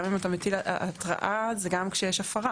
גם אם אתה מטיל, התראה זה גם כשיש הפרה.